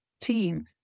team